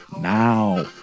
now